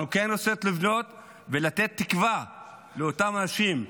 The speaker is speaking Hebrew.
אנחנו כן רוצים לבנות ולתת תקווה לאותם אנשים,